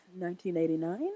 1989